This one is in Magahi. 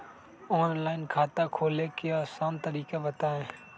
ऑनलाइन खाता खोले के आसान तरीका बताए?